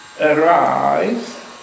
arise